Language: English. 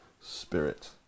spirit